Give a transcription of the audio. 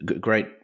Great